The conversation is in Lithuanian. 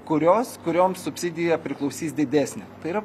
kurios kurioms subsidija priklausys didesnė tai yra